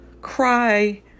cry